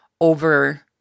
over